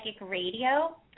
Radio